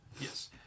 Yes